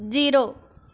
zero